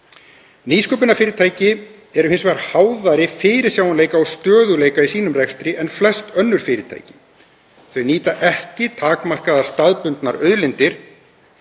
Nýsköpunarfyrirtæki eru hins vegar háðari fyrirsjáanleika og stöðugleika í sínum rekstri en flest önnur fyrirtæki. Þau nýta ekki takmarkaðar staðbundnar auðlindir.